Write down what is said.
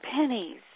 pennies